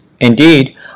Indeed